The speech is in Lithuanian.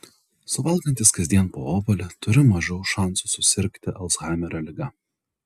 suvalgantys kasdien po obuolį turi mažiau šansų susirgti alzhaimerio liga